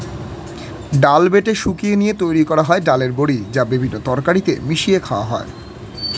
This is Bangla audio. ডাল বেটে শুকিয়ে নিয়ে তৈরি করা হয় ডালের বড়ি, যা বিভিন্ন তরকারিতে মিশিয়ে খাওয়া হয়